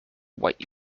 what